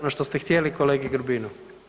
Ono što ste htjeli kolegi Grbinu.